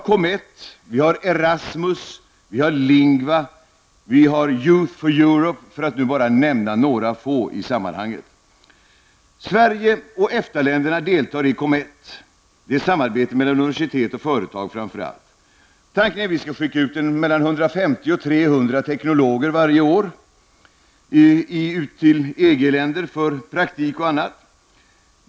Comett, Erasmus, Lingua och Youth for Europe är bara några program i det sammanhanget. Sverige och EFTA-länderna deltar i Comett. Det handlar framför allt om ett samarbete mellan universitet och företag. Tanken är att vi skall skicka 150--300 teknologer varje år till något EG-land för t.ex. praktik.